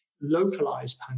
localized